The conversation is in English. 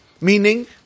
Meaning